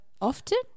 Often